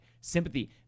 sympathy